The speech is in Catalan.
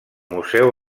museu